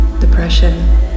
depression